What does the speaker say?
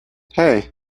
hey